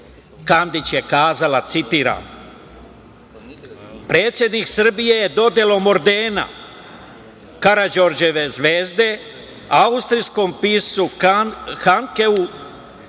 Kandić je kazala, citiram: